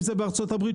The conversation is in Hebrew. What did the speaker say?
אם זה בארצות הברית,